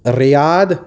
Riyadh